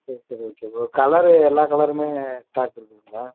சரி சரி okay bro colour எல்லா கலருமே ஸ்டாக் இருக்குதுங்களா